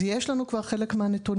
אז יש לנו כבר חלק מהנתונים,